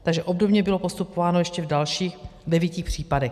Takže obdobně bylo postupováno ještě v dalších devíti případech.